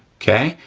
okay?